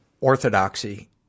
orthodoxy